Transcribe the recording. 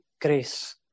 grace